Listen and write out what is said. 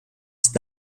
ist